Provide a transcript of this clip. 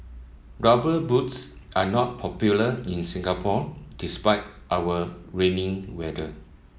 rubber boots are not popular in Singapore despite our rainy weather